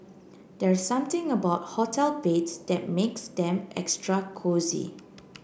there something about hotel beds that makes them extra cosy